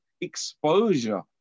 exposure